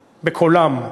בקולם,